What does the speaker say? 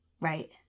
Right